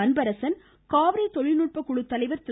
அன்பரசன் காவிரி தொழில் நுட்பக்குழு தலைவர் திரு